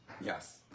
Yes